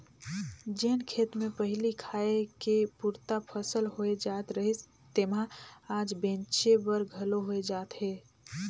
जेन खेत मे पहिली खाए के पुरता फसल होए जात रहिस तेम्हा आज बेंचे बर घलो होए जात हे